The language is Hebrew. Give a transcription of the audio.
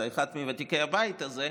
אתה אחד מוותיקי הבית הזה,